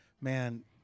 Man